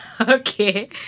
Okay